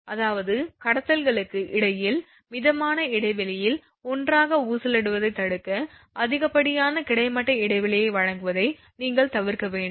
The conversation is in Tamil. அதாவது கடத்தல்களுக்கு இடையில் மிதமான இடைவெளியில் ஒன்றாக ஊசலாடுவதைத் தடுக்க அதிகப்படியான கிடைமட்ட இடைவெளியை வழங்குவதை நீங்கள் தவிர்க்க வேண்டும்